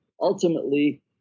ultimately